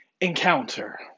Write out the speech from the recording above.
encounter